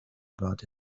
about